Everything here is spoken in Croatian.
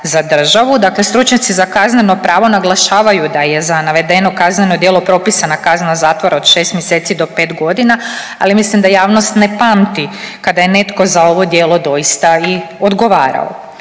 Dakle, stručnjaci za kazneno pravo naglašavaju da je za navedeno kazneno djelo propisana kazna zatvora od 6 mjeseci do pet godina, ali mislim da javnost ne pamti kada je netko za ovo djelo doista i odgovarao.